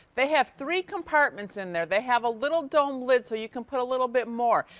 they have three compartments in there. they have a little domed lid so you can put a little bit more.